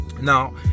Now